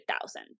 thousand